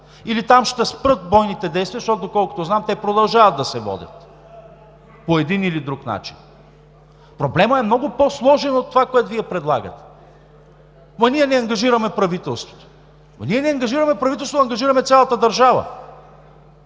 Или там ще спрат бойните действия, защото, доколкото знам, те продължават да се водят по един или друг начин. Проблемът е много по-сложен от това, което Вие предлагате. Ама ние не ангажираме правителството. Ама ние не ангажираме правителството, а ангажираме цялата държава.